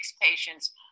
patients